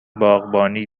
باغبانی